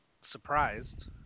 surprised